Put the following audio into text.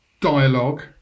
dialogue